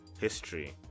history